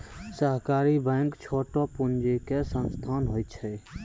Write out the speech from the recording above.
सहकारी बैंक छोटो पूंजी के संस्थान होय छै